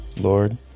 Lord